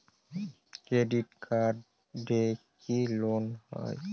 Credit কার্ডে কি loan হয়?